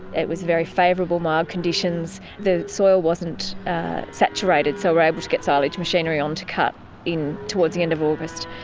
it was very favourable mild conditions. the soil wasn't saturated so we were able to get silage machinery on to cut in towards the end of august.